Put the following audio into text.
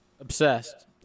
obsessed